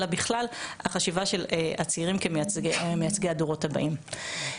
אלא בכלל החשיבה של הצעירים כמייצגי הדורות הבאים.